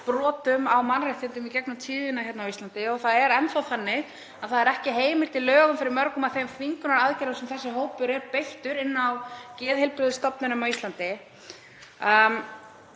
brotum á mannréttindum í gegnum tíðina hérna á Íslandi. Það er enn þá þannig að það er ekki heimild í lögum fyrir mörgum af þeim þvingunaraðgerðum sem þessi hópur er beittur inni á geðheilbrigðisstofnunum á Íslandi.